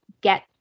get